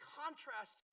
contrast